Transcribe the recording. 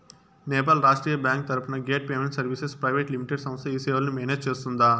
నేపాల్ రాష్ట్రీయ బ్యాంకు తరపున gate payment services private limited సంస్థ ఈ సేవలను మేనేజ్ సేస్తుందా?